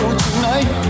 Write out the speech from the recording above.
tonight